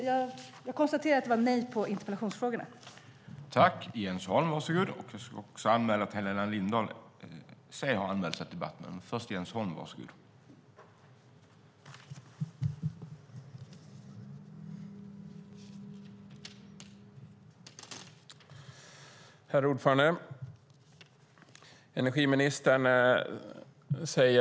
Jag konstaterar att svaret är nej på de frågor jag ställde i interpellationen.